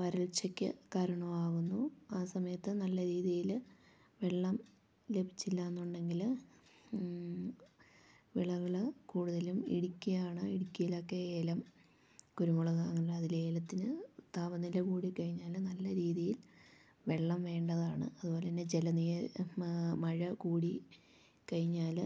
വരൾച്ചയ്ക്ക് കാരണമാകുന്നു ആ സമയത്ത് നല്ല രീതിയിൽ വെള്ളം ലഭിച്ചില്ലയെന്നുണ്ടെങ്കിൽ വിളകൾ കൂടുതലും ഇടുക്കിയാണ് ഇടുക്കിയിലൊക്കെ ഏലം കുരുമുളക് അതിൽ ഏലത്തിന് താപനില കൂടിക്കഴിഞ്ഞാൽ നല്ല രീതിയിൽ വെള്ളം വേണ്ടതാണ് അതു പോലെ തന്നെ ജലനിര മഴ കൂടി കഴിഞ്ഞാൽ